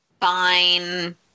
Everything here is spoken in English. Fine